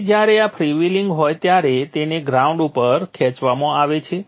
તેથી જ્યારે આ ફ્રીવ્હિલિંગ હોય ત્યારે તેને ગ્રાઉન્ડ ઉપર ખેંચવામાં આવે છે